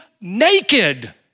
naked